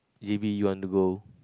J_B you want to go